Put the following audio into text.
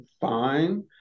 fine